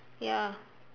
ya